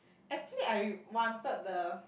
actually I wanted the